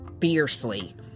fiercely